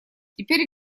теперь